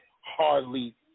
hardly